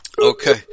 Okay